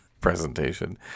presentation